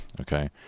okay